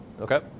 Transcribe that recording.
Okay